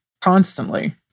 Constantly